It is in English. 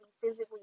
physically